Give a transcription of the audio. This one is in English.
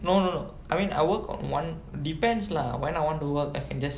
no no I mean I work on one depends lah when I want to work I can just